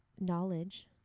knowledge